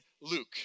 Luke